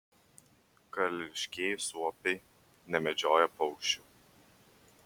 karališkieji suopiai nemedžioja paukščių